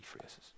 phrases